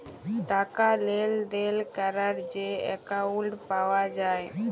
টাকা লেলদেল ক্যরার যে একাউল্ট পাউয়া যায়